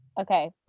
Okay